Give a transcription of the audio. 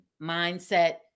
mindset